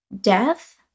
death